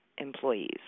employees